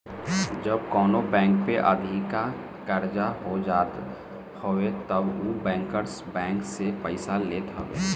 जब कवनो बैंक पे अधिका कर्जा हो जात हवे तब उ बैंकर्स बैंक से पईसा लेत हवे